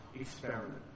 experiment